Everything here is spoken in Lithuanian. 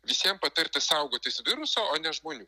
visiem patarti saugotis viruso o ne žmonių